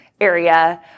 area